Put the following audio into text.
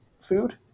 food